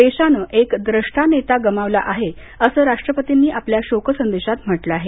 देशाने एक द्रष्टा नेता गमावला आहे असं राष्ट्रपतींनी आपल्या शोकसंदेशात म्हंटल आहे